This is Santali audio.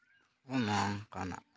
ᱚᱱᱮ ᱚᱱᱠᱟᱱᱟᱜ